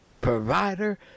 provider